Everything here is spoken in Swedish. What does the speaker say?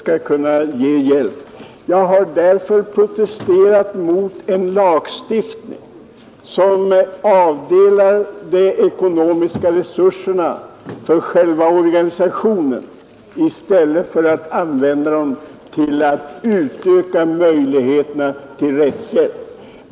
Därför har jag protesterat mot en lagstiftning som avdelar de ekonomiska resurserna för själva organisationen i stället för att använda dem till att öka möjligheterna till rättshjälp.